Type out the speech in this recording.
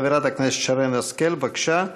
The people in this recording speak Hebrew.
חברת הכנסת שרן השכל, בבקשה,